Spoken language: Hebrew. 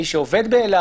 מי שעובד באילת,